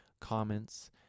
comments